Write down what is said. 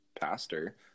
pastor